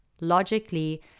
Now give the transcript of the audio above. Logically